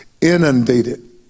inundated